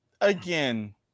again